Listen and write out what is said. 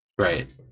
Right